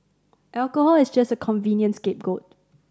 alcohol is just a convenient scapegoat